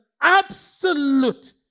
absolute